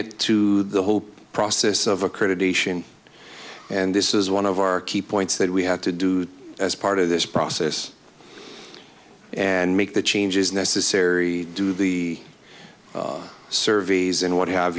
it to the whole process of accreditation and this is one of our key points that we have to do as part of this process and make the changes necessary to the surveys and what have